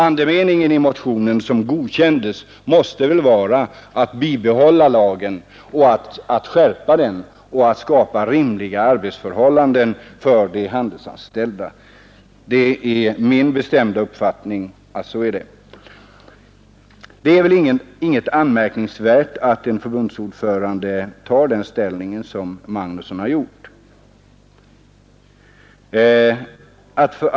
Andemeningen i motionen som godkändes måste vara att man bör bibehålla lagen och skärpa den och skapa rimliga arbetsförhållanden för de handelsanställda — det är min bestämda uppfattning. Det är i och för sig inget anmärkningsvärt att en förbundsordförande tar den ställning som herr Magnusson har gjort.